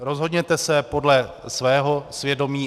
Rozhodněte se podle svého svědomí.